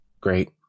Great